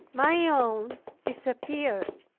my own disappeared,